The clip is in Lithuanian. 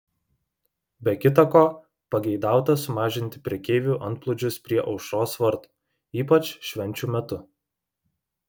be kita ko pageidauta sumažinti prekeivių antplūdžius prie aušros vartų ypač švenčių metu